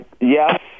Yes